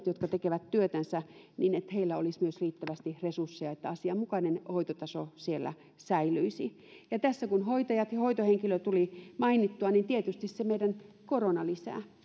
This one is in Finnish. jotka tekevät työtänsä olisi myös riittävästi resursseja jotta asianmukainen hoitotaso siellä säilyisi ja tässä kun hoitajat ja hoitohenkilöt tuli mainittua niin tietysti se meidän koronalisä